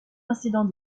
incidents